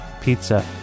pizza